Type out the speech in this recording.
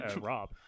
Rob